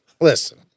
listen